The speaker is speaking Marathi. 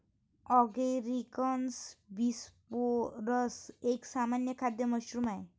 ॲगारिकस बिस्पोरस एक सामान्य खाद्य मशरूम आहे